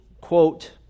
quote